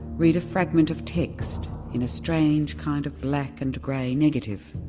read a fragment of text in a strange kind of black and grey negative,